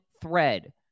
thread